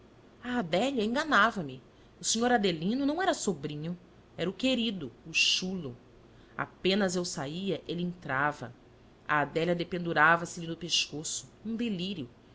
a adélia enganava me o senhor adelino não era sobrinho era o querido o chulo apenas eu saía ele entrava a adélia dependurava se lhe do pescoço num delírio